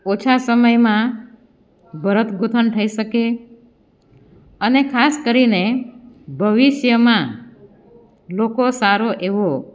ઓછા સમયમાં ભરત ગૂંથણ થઈ શકે અને ખાસ કરીને ભવિષ્યમાં લોકો સારો એવો